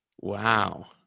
Wow